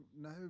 no